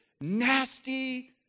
nasty